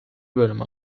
bölümü